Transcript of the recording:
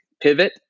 Pivot